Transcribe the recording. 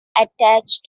attached